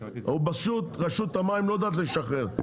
פשוט רשות המים לא יודעת לשחרר.